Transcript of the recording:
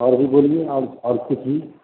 और भी बोलिए आप और कुछ भी